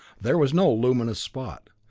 there was no luminous spot.